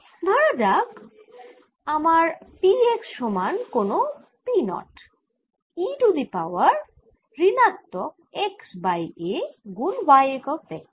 ধরা যাক আমার P x সমান কোনও P naught e to the power ঋণাত্মক x বাই a গুণ y একক ভেক্টর